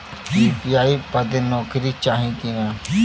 UPI बदे नौकरी चाही की ना?